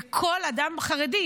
לכל אדם חרדי.